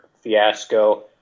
fiasco